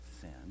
sin